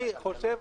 אני חושב